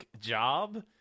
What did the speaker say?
job